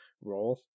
role